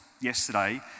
yesterday